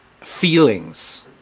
feelings